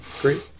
great